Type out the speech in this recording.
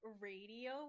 Radio